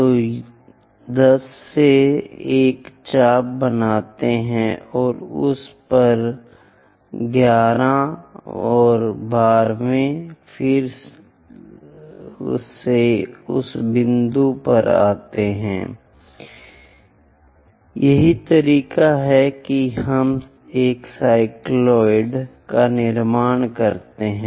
तो 10 से एक चाप बनाते हैं और उस पर 11 वें और 12 वें फिर से उस बिंदु पर आते हैं यही तरीका है कि हम एक साइक्लॉयड का निर्माण करते हैं